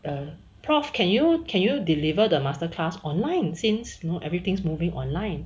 um prof can you can you deliver the master class online since know everything's moving online